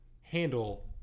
handle